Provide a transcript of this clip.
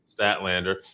Statlander